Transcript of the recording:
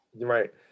right